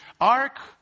ark